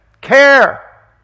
care